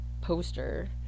poster